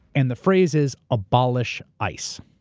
and the phrase is abolish ice.